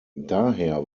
daher